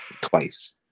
Twice